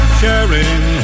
sharing